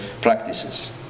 practices